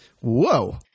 Whoa